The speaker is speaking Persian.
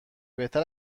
بهتر